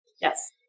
Yes